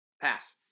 Pass